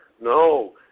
No